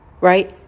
right